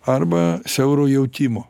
arba siauro jautimo